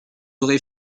aurez